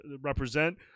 represent